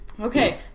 Okay